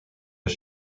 des